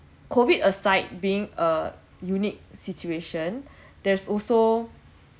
COVID aside being a unique situation there's also